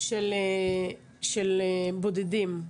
של בודדים,